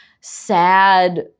sad